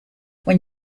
when